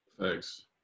Thanks